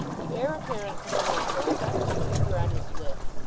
the heir-apparent to the maypole pressed his finger on his lips,